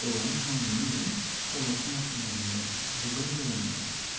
औ आं मोनो सल' खोनासंनानै आं जोबोर मोजां मोनो